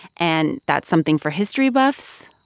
and that's something for history buffs.